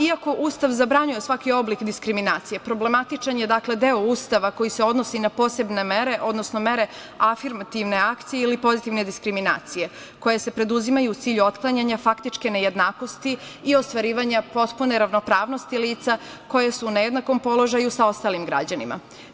Iako Ustav zabranjuje svaki oblik diskriminacije, problematičan je deo Ustava koji se odnosi na posebne mere, odnosno mere afirmativne akcije ili pozitivne diskriminacije koje se preduzimaju u cilju otklanjanja faktičke nejednakosti i ostvarivanja potpune ravnopravnosti lica koje su u nejednakom položaju sa ostalim građanima.